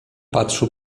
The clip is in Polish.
patrzył